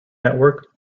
network